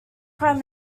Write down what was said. prime